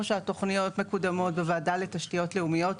שהתוכניות מקודמות בוועדה לתשתיות לאומיות,